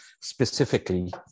specifically